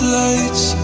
lights